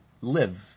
live